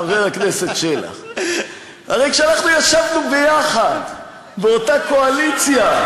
חבר הכנסת שלח: הרי כשאנחנו ישבנו יחד באותה קואליציה,